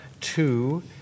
two